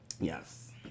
Yes